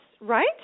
right